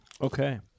Okay